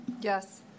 Yes